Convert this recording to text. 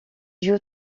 joue